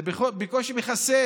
זה בקושי מכסה